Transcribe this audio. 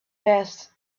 passed